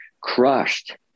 crushed